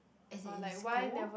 as in in school